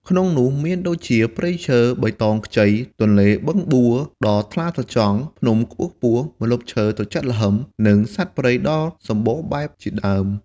ក្នុងនោះមានដូចជាព្រៃឈើបៃតងខ្ចី ទន្លេបឹងបួដ៏ថ្លាត្រចង់ ភ្នំខ្ពស់ៗ ម្លប់ឈើត្រជាក់ល្ហឹម និងសត្វព្រៃដ៏សម្បូរបែបជាដើម។